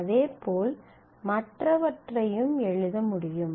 அதே போல் மற்றவற்றையும் எழுத முடியும்